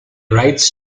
writes